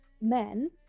men